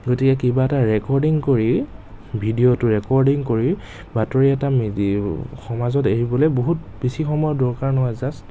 গতিকে কিবা এটা ৰেকৰ্ডিং কৰি ভিডিঅ'টো ৰেকৰ্ডিং কৰি বাতৰি এটা সমাজত এৰিবলৈ বহুত বেছি সময় দৰকাৰ নহয় জাষ্ট